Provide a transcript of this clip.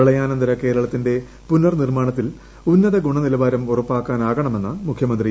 പ്രളയാനന്തര കേരളത്തിന്റെ പുനർ നിർമ്മാണത്തിൽ ഉന്നത ഗുണനിലവാരം ഉറപ്പാക്കാനാകണമെന്ന് മുഖ്യമന്ത്രി പിണറായി വിജയൻ